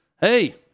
hey